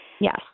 yes